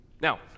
Now